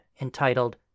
entitled